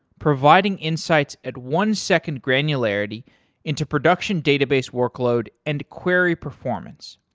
providing insights at one second granularity into production database workload and query performance.